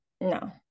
no